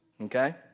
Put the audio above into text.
Okay